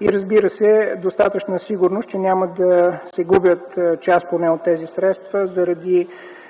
и достатъчно сигурност, че няма да се губи част от тези средства заради